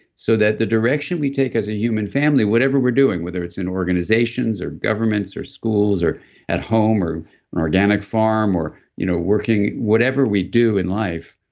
so that the direction we take as a human family, whatever we're doing. whether it's in organizations or governments or schools or at home or an organic farm or you know working. whatever we do in life,